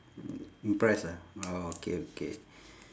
impressed ah orh okay okay